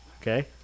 okay